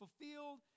fulfilled